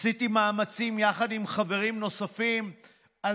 עשיתי מאמצים יחד עם חברים נוספים על